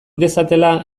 dezatela